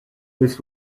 this